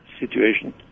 situation